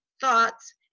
thoughts